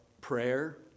Prayer